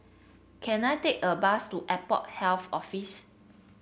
can I take a bus to Airport Health Office